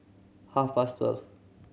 half past twelve